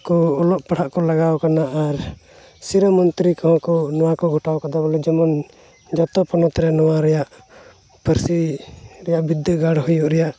ᱠᱚ ᱚᱞᱚᱜ ᱯᱟᱲᱦᱟᱣ ᱠᱚ ᱞᱟᱜᱟᱣ ᱠᱟᱱᱟ ᱟᱨ ᱥᱤᱨᱟᱹ ᱢᱚᱱᱛᱨᱤ ᱠᱚ ᱦᱚᱸ ᱱᱚᱣᱟ ᱠᱚ ᱜᱚᱴᱟ ᱠᱟᱫᱟ ᱵᱚᱞᱮ ᱡᱮᱢᱚᱱ ᱡᱚᱛᱚ ᱯᱚᱱᱚᱛ ᱨᱮ ᱱᱚᱣᱟ ᱨᱮᱭᱟᱜ ᱯᱟᱹᱨᱥᱤ ᱨᱮᱭᱟᱜ ᱵᱤᱨᱫᱟᱹᱜᱟᱲ ᱦᱩᱭᱩᱜ ᱨᱮᱭᱟᱜ